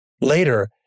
Later